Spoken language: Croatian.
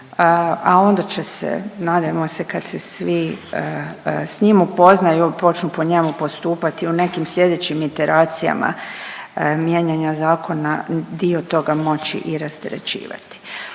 a onda će se, nadajmo se kad se svi s njim upoznaju i počnu po njemu postupati u nekim slijedećim interacijama mijenjanja zakona, dio toga moći i rasterećivati.